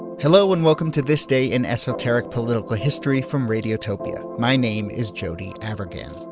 hello and welcome to this day in esoteric political history from radiotopia. my name is jody avirgan.